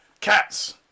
Cats